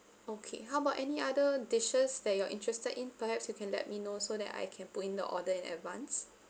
okay how about any other dishes that you are interested in perhaps you can let me know so that I can put in the order in advance